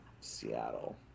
Seattle